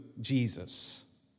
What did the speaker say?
Jesus